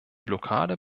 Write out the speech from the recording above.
blockade